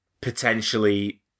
potentially